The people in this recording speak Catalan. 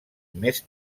més